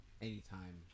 anytime